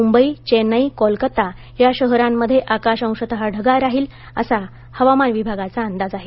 मुंबई चेन्नई कोलकाता या शहरांमध्ये आकाश अंशत ढगाळ राहिल असा हवामान विभागाचा अंदाज आहे